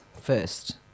first